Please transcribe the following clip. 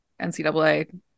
NCAA